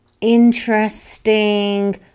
interesting